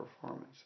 performance